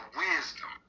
wisdom